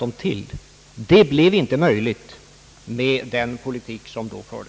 Kommunerna har inte dessa möjligheter med den politik som nu förs.